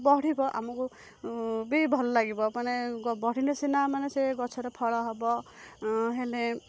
ବଢ଼ିବ ଆମକୁ ବି ଭଲ ଲାଗିବ ମାନେ ଗ ବଢ଼ିଲେ ସିନା ମାନେ ସେ ଗଛର ଫଳ ହବ ହେନେ